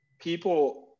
people